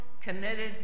committed